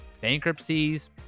bankruptcies